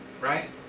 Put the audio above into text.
right